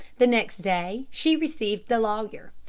the next day she received the lawyer.